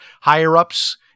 higher-ups